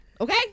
Okay